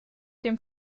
dem